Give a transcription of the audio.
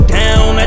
down